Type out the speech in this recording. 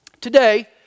Today